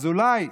אז אולי,